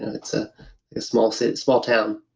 it's a small so small town